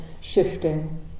shifting